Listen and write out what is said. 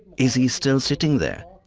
is he still sitting there?